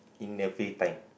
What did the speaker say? in the free time